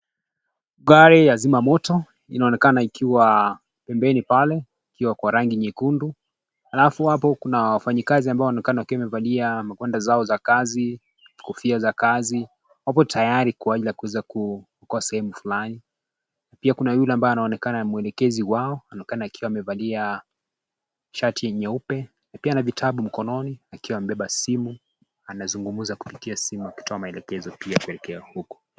Gari ya zima moto inaonekana ikiwa pembeni pale, ikiwa kwa rangi nyekundu alafu hapo kuna wafanyikazi ambao wanaonekana wakiwa wamevalia magwanda zao za kazi, kofia za kazi, wapo tayari kwa ajili ya kuweza kuokoa sehemu fulani. Pia kuna yule ambaye anaonekana ni mwelekezi wao, anaonekana akiwa amevalia shati nyeupe na pia ana vitabu mkononi, akiwa amebeba simu anazungumza kupitia simu akitoa maelekezo pia kuelekea huku.